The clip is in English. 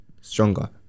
stronger